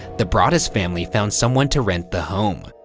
the broaddus family found someone to rent the home.